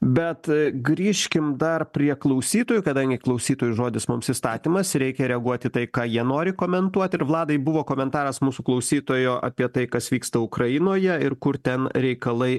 bet grįžkim dar prie klausytojų kadangi klausytojų žodis mums įstatymas reikia reaguoti į tai ką jie nori komentuot ir vladai buvo komentaras mūsų klausytojo apie tai kas vyksta ukrainoje ir kur ten reikalai